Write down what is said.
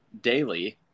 daily